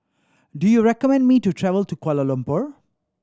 do you recommend me to travel to Kuala Lumpur